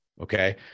okay